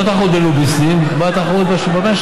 לא תחרות בין לוביסטים, בעד תחרות במשק.